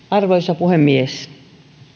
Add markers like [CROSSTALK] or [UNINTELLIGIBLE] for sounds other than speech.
[UNINTELLIGIBLE] arvoisa puhemies